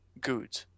good